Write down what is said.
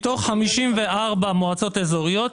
מתוך 54 מועצות אזוריות,